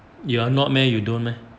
you are not meh you don't meh